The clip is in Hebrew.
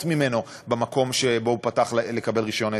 ממנו במקום שבו הוא פתח לקבל רישיון עסק.